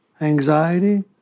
anxiety